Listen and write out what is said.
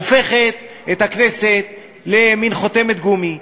הופכת את הכנסת למין חותמת גומי.